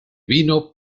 vino